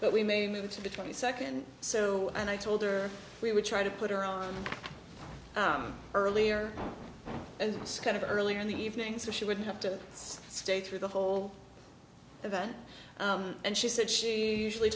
but we may move to the twenty second so and i told her we would try to put her on earlier and kind of earlier in the evening so she wouldn't have to stay through the whole event and she said she usually